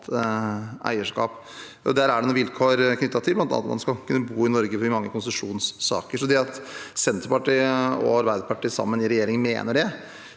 Det er noen vilkår knyttet til det, bl.a. at man skal være bosatt i Norge, i mange konsesjonssaker. Så det at Senterpartiet og Arbeiderpartiet sammen i regjering mener det,